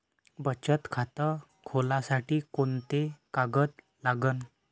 बचत खात खोलासाठी कोंते कागद लागन?